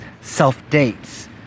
self-dates